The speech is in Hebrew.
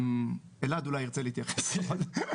אלעד אולי ירצה להתייחס.